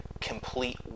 complete